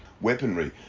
weaponry